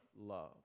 love